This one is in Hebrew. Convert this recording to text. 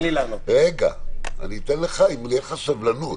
אני אתן לך אם תהיה לך סבלנות.